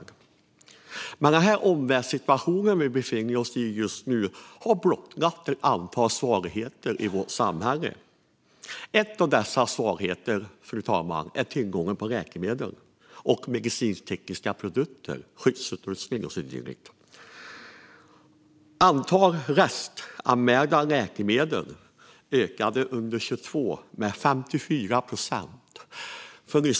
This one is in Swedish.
Den omvärldssituation vi befinner oss i just nu har blottlagt ett antal svagheter i vårt samhälle. En av dessa, fru talman, är tillgången till läkemedel och medicinsktekniska produkter, skyddsutrustning och dylikt. Antalet restanmälda läkemedel ökade under 2022 med 54 procent från föregående år.